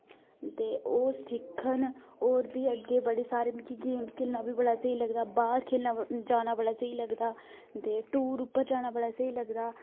ते ओ सिक्खन होर बी अग्गें बड़े सारे मिकी गेमां खेढना बी बड़ा स्हेई लगदा बाह्र खेढना जाना बड़ा स्हेई लगदा ते टूर उप्पर जाना बड़ा स्हेई लगदा